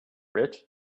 rich